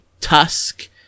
Tusk